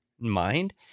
mind